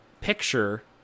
picture